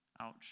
Ouch